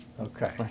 Okay